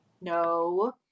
No